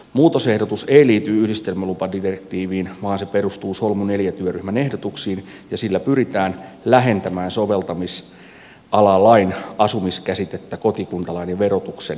muutosehdotus ei liity yhdistelmälupadirektiiviin vaan se perustuu solmu iv työryhmän ehdotuksiin ja sillä pyritään lähentämään soveltamisalalain asumiskäsitettä kotikuntalain ja verotuksen asumiskäsitteeseen